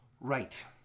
Right